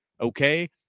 okay